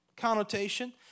connotation